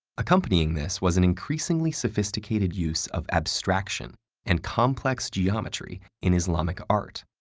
accompanying this was an increasingly sophisticated use of abstraction and complex geometry in islamic art,